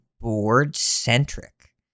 board-centric